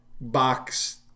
box